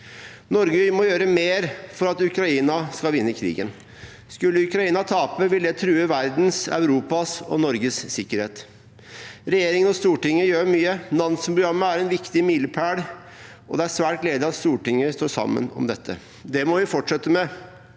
Norge må gjøre mer for at Ukraina skal vinne krigen. Skulle Ukraina tape, vil det true verdens, Europas og Norges sikkerhet. Regjeringen og Stortinget gjør mye. Nansen-programmet er en viktig milepæl, og det er svært gledelig at Stortinget står sammen om dette. Det må vi fortsette med,